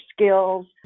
skills